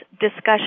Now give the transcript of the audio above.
discussion